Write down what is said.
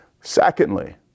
Secondly